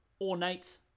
ornate